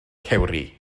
cewri